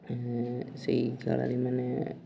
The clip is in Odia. ସେଇ ଖେଳାଳି ମାନେ